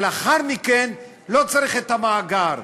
אבל לאחר מכן, לא צריך את המאגר,